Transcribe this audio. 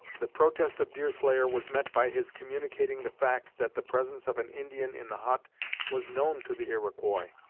the protest of deerslayer was met by his communicating the fact that the presence of an indian in the hut was known to the iroquois,